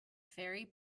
ferry